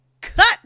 cut